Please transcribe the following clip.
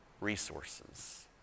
resources